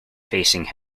facing